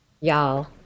Y'all